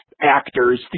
actors